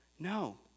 No